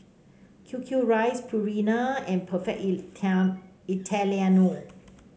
Q Q rice Purina and Perfect Italiano